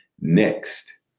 next